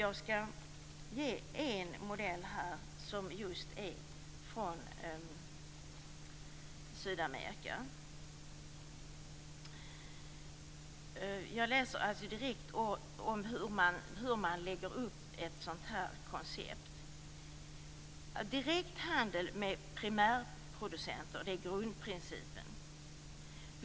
Jag skall här nämna en, som kommer från Sydamerika. Jag refererar här vad som har skrivits om hur man lägger upp ett sådant här koncept. Grundprincipen är direkt handel med primärproducenten.